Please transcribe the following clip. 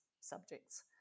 subjects